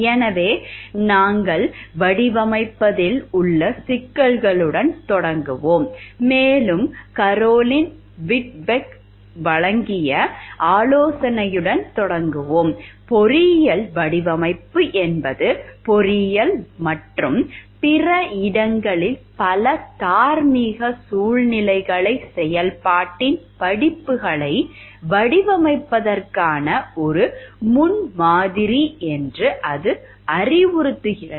எனவே நாங்கள் வடிவமைப்பதில் உள்ள சிக்கல்களுடன் தொடங்குவோம் மேலும் கரோலின் விட்பெக் வழங்கிய ஆலோசனையுடன் தொடங்குவோம் பொறியியல் வடிவமைப்பு என்பது பொறியியல் மற்றும் பிற இடங்களில் பல தார்மீக சூழ்நிலைகளை செயல்பாட்டின் படிப்புகளை வடிவமைப்பதற்கான ஒரு முன்மாதிரி என்று அது அறிவுறுத்துகிறது